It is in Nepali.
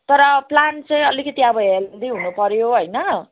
तर प्लान्ट चाहिँ अलिकति अब हेल्दी हुनु पर्यो होइन